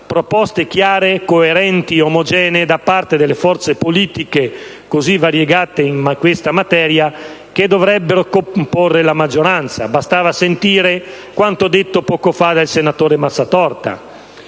proposte chiare, coerenti ed omogenee da parte delle forze politiche, così variegate in questa materia, che dovrebbero comporre la maggioranza. Bastava ascoltare quanto detto poco fa dal senatore Mazzatorta.